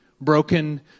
broken